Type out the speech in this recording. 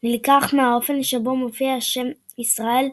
נלקח מהאופן שבו מופיע השם "ישראל"